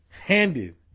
Handed